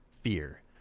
Fear